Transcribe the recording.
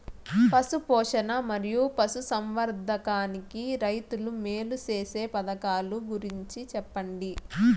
పశు పోషణ మరియు పశు సంవర్థకానికి రైతుకు మేలు సేసే పథకాలు గురించి చెప్పండి?